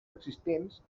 existents